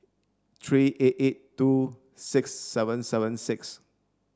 three eight eight two six seven seven six